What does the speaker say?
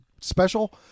special